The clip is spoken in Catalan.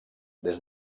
des